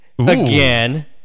again